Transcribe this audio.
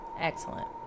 Excellent